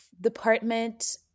department